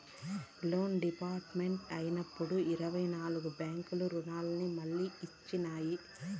loan default అయినప్పుడు ఇరవై నాల్గు బ్యాంకులు రుణాన్ని మళ్లీ ఇచ్చినాయి